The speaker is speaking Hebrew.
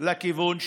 לכיוון שלכם.